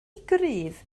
gryf